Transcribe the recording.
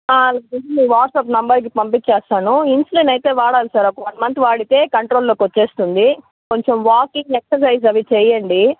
WhatsApp number పంపించేస్తాను insulin అయితే వాడాలి సార్ ఒక వన్ మంత్ వాడితే కంట్రోల్లోకి వచ్చేస్తుంది కొంచెం వాకింగ్ ఎక్సర్సైజ్ అవి చెయ్యండి